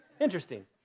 Interesting